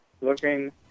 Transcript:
looking